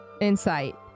Insight